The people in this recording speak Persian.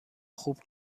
خوب